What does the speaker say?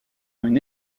une